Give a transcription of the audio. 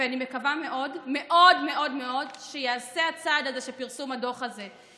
ואני מקווה מאוד מאוד מאוד שייעשה הצעד הזה של פרסום הדוח הזה.